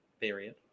period